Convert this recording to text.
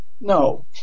no